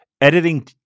editing